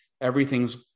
everything's